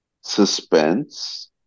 suspense